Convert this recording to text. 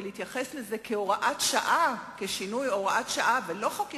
ולהתייחס לזה כאל הוראת שעה ולא כאל חוק-יסוד,